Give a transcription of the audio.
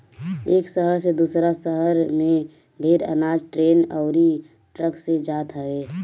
एक शहर से दूसरा शहर में ढेर अनाज ट्रेन अउरी ट्रक से जात हवे